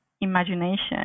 imagination